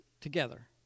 together